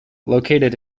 located